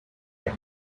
had